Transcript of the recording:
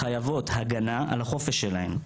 חייבות הגנה על החופש שלהם,